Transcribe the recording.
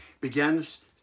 begins